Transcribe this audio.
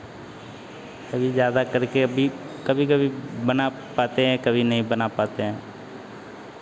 अभी ज़्यादा करके अभी कभी कभी बना पाते हैं कभी नहीं बना पाते हैं